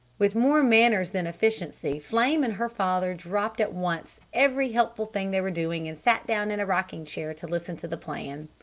with more manners than efficiency flame and her father dropped at once every helpful thing they were doing and sat down in rocking chairs to listen to the plan.